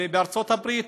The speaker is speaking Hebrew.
בארצות הברית,